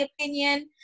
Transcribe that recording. opinion